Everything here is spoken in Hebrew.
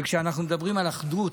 כשאנחנו מדברים על אחדות,